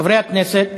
חברי הכנסת,